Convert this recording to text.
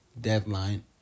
deadline